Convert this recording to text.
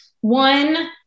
one